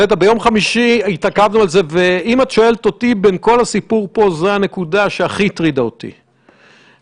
הוועדה הציעה להוסיף את סעיף